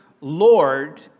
Lord